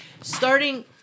starting